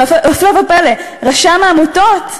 והפלא ופלא: רשם העמותות,